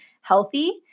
healthy